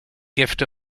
gift